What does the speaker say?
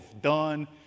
done